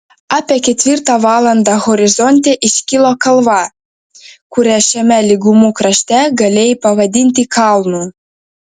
apie ketvirtą valandą horizonte iškilo kalva kurią šiame lygumų krašte galėjai pavadinti kalnu